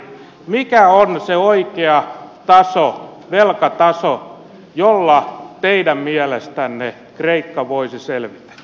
mikä on se oikea taso velkataso jolla teidän mielestänne kreikka voisi selvitä